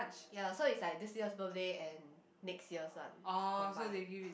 ya so it's like this year's birthday and next year's one combine